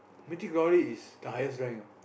Mythic-Glory is the highest rank ah